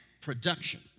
production